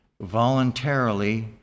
voluntarily